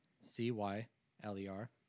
C-Y-L-E-R